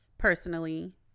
personally